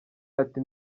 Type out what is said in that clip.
ati